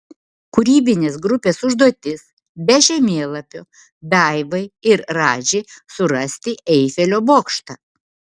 kūrybinės grupės užduotis be žemėlapio daivai ir radži surasti eifelio bokštą